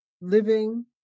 living